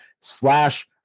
slash